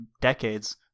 decades